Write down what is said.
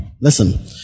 Listen